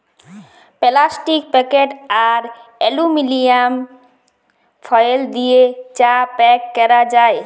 plastic packet আর aluminium foil দিয়ে চা প্যাক ক্যরা যায়